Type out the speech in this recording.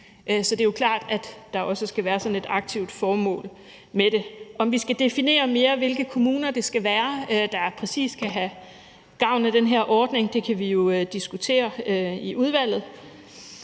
Så det er jo klart, at der også skal være sådan et aktivt formål med det. Om vi tydeligere skal definere, hvilke kommuner det skal være, der præcis kan have gavn af den her ordning, kan vi jo diskutere i udvalget.